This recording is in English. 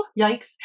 Yikes